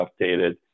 updated